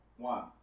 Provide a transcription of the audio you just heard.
One